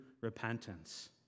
repentance